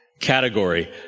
category